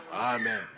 Amen